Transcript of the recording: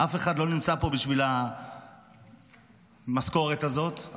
אף אחד לא נמצא פה בשביל המשכורת הזאת,